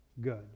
good